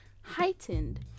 heightened